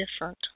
different